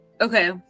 Okay